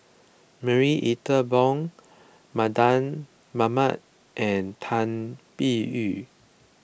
Marie Ethel Bong Mardan Mamat and Tan Biyun